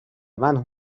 mano